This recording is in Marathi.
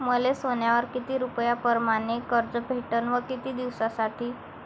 मले सोन्यावर किती रुपया परमाने कर्ज भेटन व किती दिसासाठी?